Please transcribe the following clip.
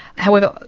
however,